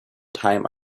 time